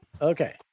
Okay